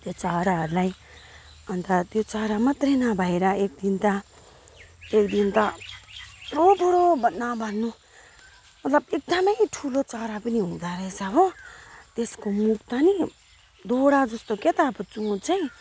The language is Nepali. त्यो चराहरूलाई अन्त त्यो चरा मात्रै नभएर एकदिन त एकदिन त कत्रो बुढो भन्न भन्नु मतलब एकदमै ठुलो चरा पनि हुँदो रहेछ हो त्यसको मुख त नि दुइटा जस्तो के त अब चोच चाहिँ